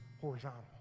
horizontal